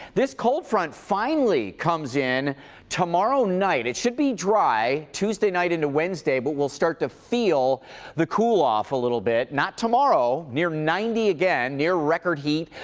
this cold front finally comes in tomorrow night. it should be dry tuesday night into wednesday, but we'll start to feel the cool-off a little bit. not tomorrow, near ninety again, near record heat,